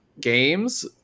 games